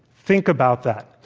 think about that.